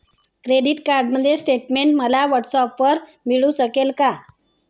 Credit card statement मला व्हॉट्सऍपवर मिळू शकेल का?